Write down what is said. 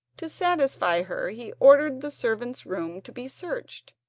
to satisfy her, he ordered the servant's room to be searched.